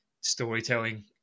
storytelling